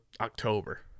October